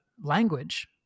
language